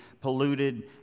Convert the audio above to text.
polluted